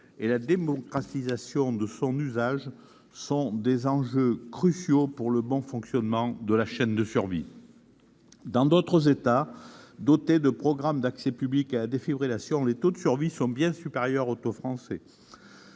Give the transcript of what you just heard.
que la démocratisation de son usage sont des enjeux cruciaux pour le bon fonctionnement de la chaîne de survie. Dans d'autres États dotés de programmes d'accès public à la défibrillation, les taux de survie sont bien supérieurs au taux français.